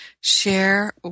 share